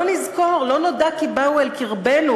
לא נזכור, לא נודע כי באו אל קרבנו.